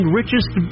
richest